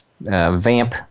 Vamp